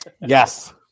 Yes